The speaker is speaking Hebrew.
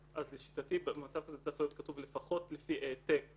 אסור ואשמח להראות איפה זה מותר פעם אחת.